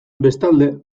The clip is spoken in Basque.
bestalde